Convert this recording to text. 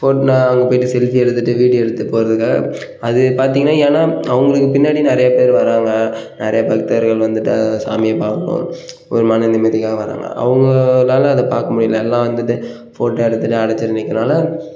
photo அனுப்பிவிட்டு selfie எடுத்துகிட்டு video எடுத்துப் போடுறதுக்காக அதைப் பார்த்தீங்கன்னா ஏனால் அவங்களுக்கு பின்னாடி நிறையா பேர் வராங்க நிறையா பக்தர்கள் வந்துட்டு சாமியை பார்க்கணும் ஒரு மன நிம்மதிக்காக வராங்க அவங்களால அதைப் பார்க்க முடியல எல்லாம் வந்துட்டு ஃபோட்டோ எடுத்துகிட்டு அடைச்சுட்டு நிற்கிறனால